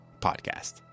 podcast